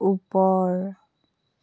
ওপৰ